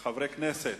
כחברי הכנסת,